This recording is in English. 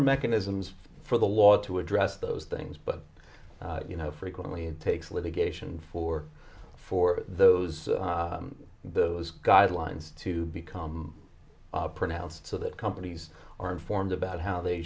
mechanisms for the law to address those things but you know frequently it takes a litigation for for those those guidelines to become pronounced so that companies are informed about how they